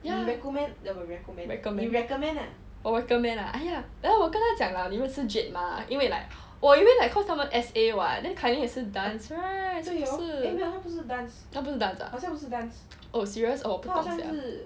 ya recommend 我 recommend ah !aiya! 我跟她讲了你认识 jade mah 因为 like 我以为 cause 他们 like S_A [what] then kai ling 也是 dance right 是不是他不是 dance ah oh serious oh 我不懂 sia